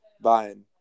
buying